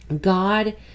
God